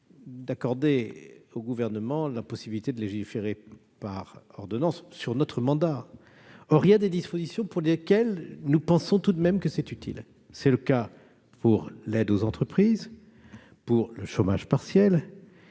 d'accorder au Gouvernement la possibilité de légiférer par ordonnance. Or il y a des dispositions pour lesquelles nous pensons que c'est tout de même utile. C'est le cas pour l'aide aux entreprises, le chômage partiel,